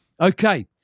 Okay